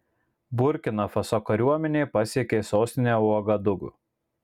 burkina faso kariuomenė pasiekė sostinę uagadugu